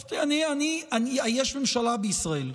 יש ממשלה בישראל.